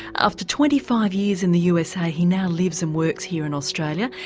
after twenty five years in the usa he now lives and works here in australia.